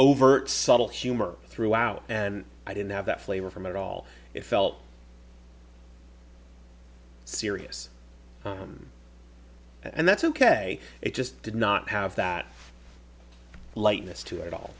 overt subtle humor throughout and i didn't have that flavor from it all it felt serious and that's ok it just did not have that lightness to it all